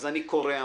אז אני קורא המון,